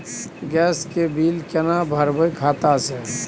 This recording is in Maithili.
गैस के बिल केना भरबै खाता से?